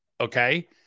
Okay